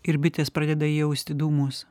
ir bitės pradeda jausti dūmus